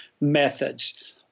methods